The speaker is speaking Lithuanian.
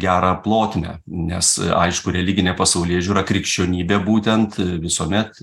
gerą plotmę nes aišku religinė pasaulėžiūra krikščionybė būtent visuomet